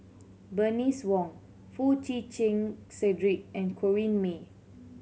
Bernice Wong Foo Chee Cedric and Corrinne May